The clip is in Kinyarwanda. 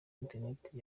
interineti